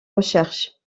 recherches